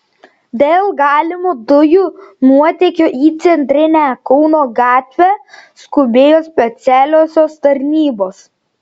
dėl galimo dujų nuotėkio į centrinę kauno gatvę skubėjo specialiosios tarnybos